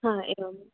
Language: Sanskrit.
आम् एवं